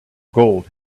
gold